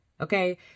Okay